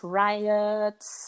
riots